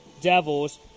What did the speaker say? Devils